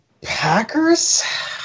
Packers